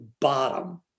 bottom